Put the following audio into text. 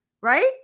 Right